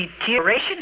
deterioration